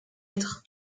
lettre